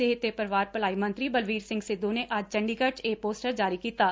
ਸਿਹਤ ਤੇ ਪਰਿਵਾਰ ਭਲਾਈ ਮੰਤਰੀ ਬਲਬੀਰ ਸਿੰਘ ਸਿੱਧੂ ਨੇ ਅੱਜ ਚੰਡੀਗੜ੍ 'ਚ ਇਹ ਪੋਸਟਰ ਜਾਰੀ ਕਤਿਾ